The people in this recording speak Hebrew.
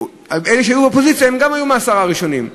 אלה שהיו באופוזיציה, גם הם היו בעשרה הראשונים.